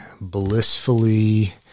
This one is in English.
blissfully